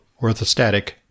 orthostatic